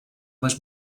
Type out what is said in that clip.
was